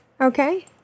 Okay